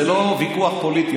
זה לא ויכוח פוליטי,